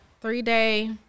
three-day